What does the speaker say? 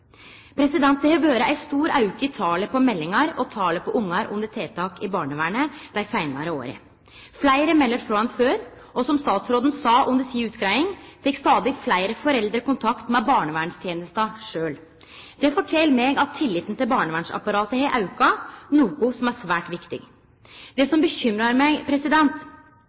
Det har vore ein stor auke i talet på meldingar og talet på barn under tiltak i barnevernet dei seinare åra. Fleire melder frå enn før, og som statsråden sa under si utgreiing, tek stadig fleire foreldre kontakt med barnevernstenesta sjølve. Det fortel meg at tilliten til barnevernsapparatet har auka, noko som er svært viktig. Det som bekymrar meg,